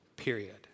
period